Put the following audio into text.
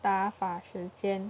打发时间